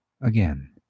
Again